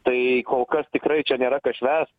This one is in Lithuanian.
tai kol kas tikrai čia nėra ką švęst